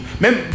Même